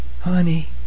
Honey